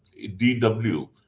DW